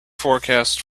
forecast